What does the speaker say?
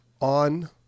on